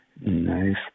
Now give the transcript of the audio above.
nice